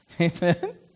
Amen